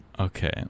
Okay